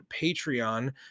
Patreon